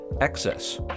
excess